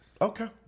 Okay